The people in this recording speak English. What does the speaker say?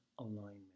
alignment